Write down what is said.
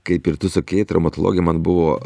kaip ir tu sakei traumatologija man buvo